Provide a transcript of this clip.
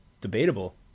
debatable